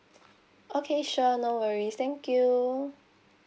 okay sure no worries thank you